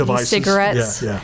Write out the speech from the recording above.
cigarettes